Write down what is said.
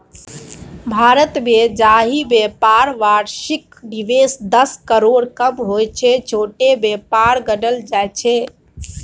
भारतमे जाहि बेपारक बार्षिक निबेश दस करोड़सँ कम होइ छै छोट बेपार गानल जाइ छै